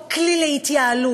בהם כלי להתייעלות,